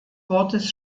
wortes